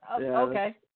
okay